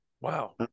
Wow